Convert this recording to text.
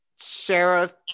sheriff